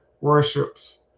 Worship's